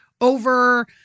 over